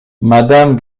madame